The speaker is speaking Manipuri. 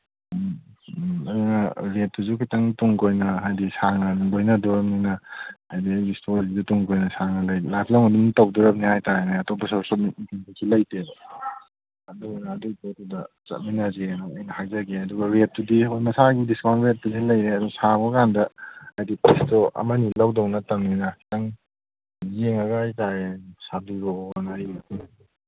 ꯑꯗꯨꯅ ꯔꯦꯠꯇꯨꯁꯨ ꯈꯤꯇꯪ ꯇꯨꯡ ꯀꯣꯏꯅ ꯍꯥꯏꯗꯤ ꯁꯥꯡꯅ ꯑꯗꯨꯝ ꯂꯣꯏꯅꯗꯣꯔꯕꯅꯤꯅ ꯍꯥꯏꯗꯤ ꯑꯩꯒꯤ ꯏꯁꯇꯣꯔꯗꯨꯁꯨ ꯇꯨꯡ ꯀꯣꯏꯅ ꯁꯥꯡꯅ ꯂꯥꯁ ꯂꯣꯡ ꯑꯗꯨꯝ ꯇꯧꯗꯣꯔꯕꯅꯤ ꯍꯥꯏ ꯇꯥꯔꯦꯅꯦ ꯑꯇꯣꯞꯞ ꯁꯣꯔꯁ ꯑꯣꯐ ꯏꯟꯀꯝ ꯀꯩꯁꯨ ꯂꯩꯇꯦꯕ ꯑꯗꯨꯗꯨꯅ ꯑꯗꯨꯒꯤ ꯄꯣꯠꯇꯨꯗ ꯆꯠꯃꯤꯟꯅꯁꯦꯅ ꯑꯩꯅ ꯍꯥꯏꯖꯒꯦ ꯑꯗꯨꯒ ꯔꯦꯠꯇꯨꯗꯤ ꯍꯣꯏ ꯃꯁꯥꯒꯤ ꯗꯤꯁꯀꯥꯎꯟ ꯔꯦꯠꯄꯨꯗꯤ ꯂꯩꯔꯦ ꯑꯗꯨ ꯁꯥꯔꯛꯄ ꯀꯥꯟꯗ ꯍꯥꯏꯗꯤ ꯄꯣꯠꯇꯣ ꯑꯃ ꯑꯅꯤ ꯂꯧꯗꯧ ꯅꯠꯇꯝꯅꯤꯅ ꯈꯤꯇꯪ ꯌꯦꯡꯉꯒ ꯍꯥꯏ ꯇꯥꯔꯦ ꯁꯥꯕꯤꯔꯛꯑꯣꯅ ꯑꯩꯅ